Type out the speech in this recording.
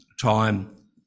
time